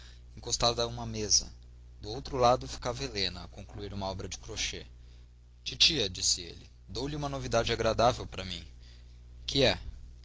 encostada a uma mesa do outro lado ficava helena a conduir uma obra de crochet titia disse ele dou-lhe uma novidade agradável para mim que é